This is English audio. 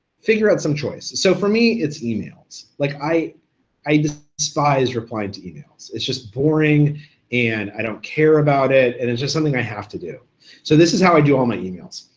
figure out some choice. so for me, it's emails. like i i despise replying to emails, it's just boring and i don't care about it and it's just something i have to do. so this is how i do all my emails.